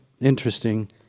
interesting